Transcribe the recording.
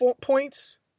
points